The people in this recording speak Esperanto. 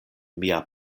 mia